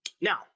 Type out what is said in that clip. Now